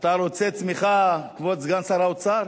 אתה רוצה צמיחה, כבוד סגן שר האוצר?